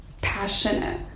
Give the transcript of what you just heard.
passionate